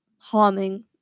harming